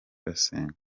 basenga